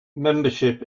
membership